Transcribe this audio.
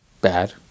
bad